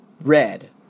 Red